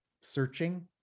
searching